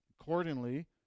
Accordingly